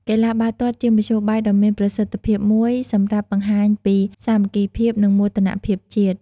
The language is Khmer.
កីឡាបាល់ទាត់ជាមធ្យោបាយដ៏មានប្រសិទ្ធភាពមួយសម្រាប់បង្ហាញពីសាមគ្គីភាព និងមោទនភាពជាតិ។